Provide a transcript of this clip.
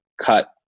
cut